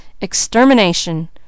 extermination